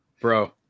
bro